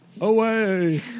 Away